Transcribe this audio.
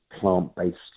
plant-based